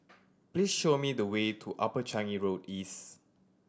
please show me the way to Upper Changi Road East